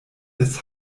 des